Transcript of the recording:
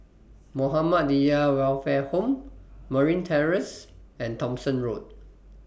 Muhammadiyah Welfare Home Marine Terrace and Thomson Road